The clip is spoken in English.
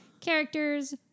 characters